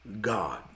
God